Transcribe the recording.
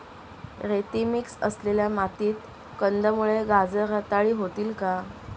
रेती मिक्स असलेल्या मातीत कंदमुळे, गाजर रताळी होतील का?